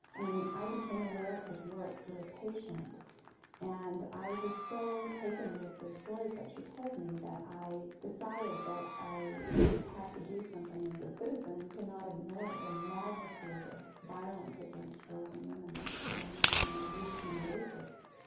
and i became aware of his work through a patient and i was so taken with the stories that she told me that i decided that i just had to do something as a citizen to not ignore the magnitude of violence against girls and women that's going on on a routine basis.